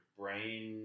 brain